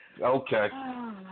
Okay